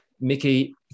mickey